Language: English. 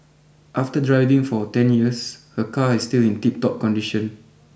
after driving for ten years her car is still in tip top condition